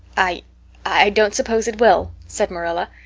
i i don't suppose it will, said marilla.